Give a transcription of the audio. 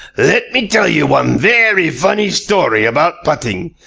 let me tell you one vairy funny story about putting.